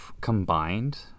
combined